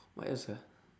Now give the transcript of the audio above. what else ah